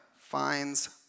finds